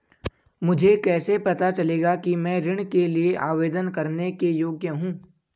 मुझे कैसे पता चलेगा कि मैं ऋण के लिए आवेदन करने के योग्य हूँ?